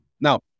Now